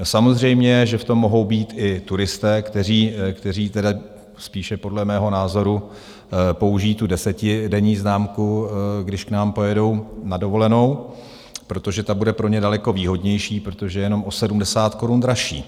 Samozřejmě že v tom mohou být i turisté, kteří tedy spíše podle mého názoru použijí tu desetidenní známku, když k nám pojedou na dovolenou, protože ta bude pro ně daleko výhodnější, protože je jenom o 70 korun dražší.